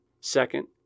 Second